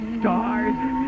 stars